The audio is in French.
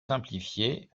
simplifiez